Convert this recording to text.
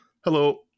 hello